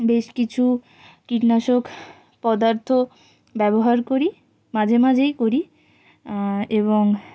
বেশ কিছু কীটনাশক পদার্থ ব্যবহার করি মাঝে মাঝেই করি এবং